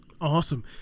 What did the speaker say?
Awesome